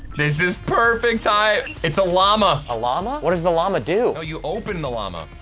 this is perfect time it's a llama a llama. what is the llama? do are you open the llama?